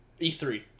E3